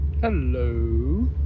Hello